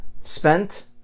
spent